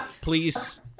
please